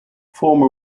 former